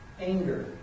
anger